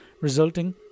resulting